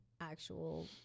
actual